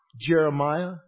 Jeremiah